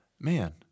man